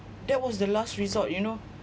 that was the last resort you know